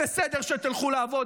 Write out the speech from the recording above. בסדר שתלכו לעבוד,